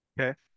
Okay